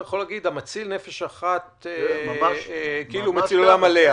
אתה יכול להגיד: המציל נפש אחת כאילו מציל עולם מלא.